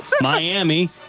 Miami